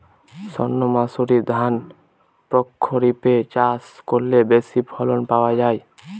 সর্ণমাসুরি ধান প্রক্ষরিপে চাষ করলে বেশি ফলন পাওয়া যায়?